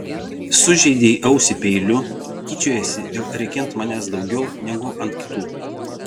sužeidei ausį peiliu tyčiojiesi ir rėki ant manęs daugiau negu ant kitų